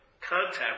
contact